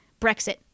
Brexit